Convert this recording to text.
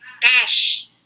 cash